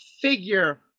figure